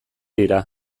dira